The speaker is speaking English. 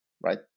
right